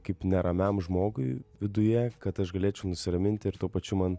kaip neramiam žmogui viduje kad aš galėčiau nusiraminti ir tuo pačiu man